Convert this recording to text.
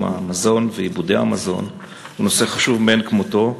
המזון ואיבודי המזון הוא נושא חשוב מאין כמותו.